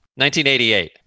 1988